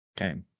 Okay